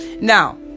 Now